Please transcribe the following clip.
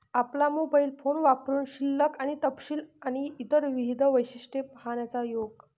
आपला mobile phone वापरुन शिल्लक आणि तपशील आणि इतर विविध वैशिष्ट्ये पाहण्याचा योग